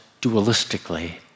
dualistically